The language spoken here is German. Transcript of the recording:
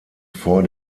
vor